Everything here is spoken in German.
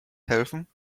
helfen